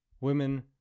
women